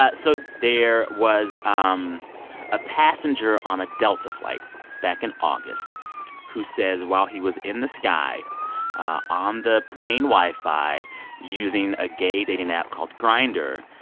ah so there was um a passenger on a delta flight back in august who says, while he was in the sky on the plane wi-fi using a gay dating app called grindr,